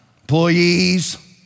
Employees